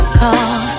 call